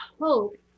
hope